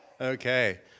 Okay